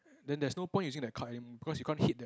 then there is no point using the card any because you can't hit that